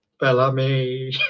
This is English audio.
Bellamy